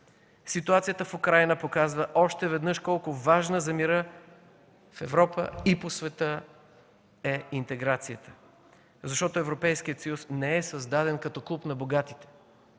Ситуацията в Украйна показва още веднъж колко важно за мира в Европа и по света е интеграцията. Защото Европейският съюз не е създаден като клуб на богатите.